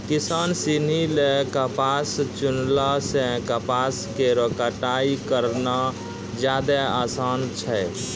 किसान सिनी ल कपास चुनला सें कपास केरो कटाई करना जादे आसान छै